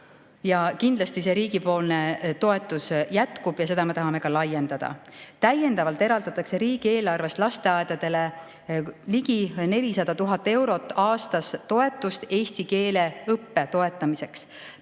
Ja kindlasti see riigipoolne toetus jätkub ja seda me tahame ka laiendada. Täiendavalt eraldatakse riigieelarvest lasteaedadele ligi 400 000 eurot aastas toetust eesti keele õppe toetamiseks.